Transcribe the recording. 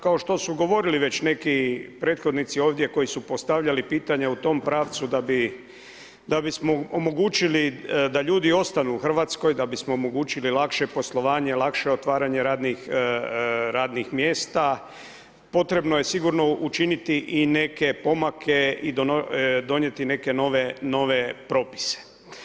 Kao što su govorili već neki prethodnici ovdje, koji su postavljali pitanja u tom pravcu, da bismo omogućili da ljudi ostaju u Hrvatskoj, da bismo omogućili lakše poslovanje, lakše otvaranje radnih mjesta, potrebno je sigurno učiniti i neke pomake i donijeti neke nove propise.